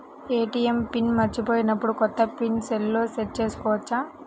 ATM pin మరచిపోయినప్పుడు, కొత్త pin సెల్లో సెట్ చేసుకోవచ్చా?